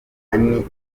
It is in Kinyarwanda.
annie